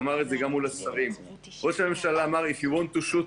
והוא אמר את זה גם לשרים: הוא אמר: If you want to shoot,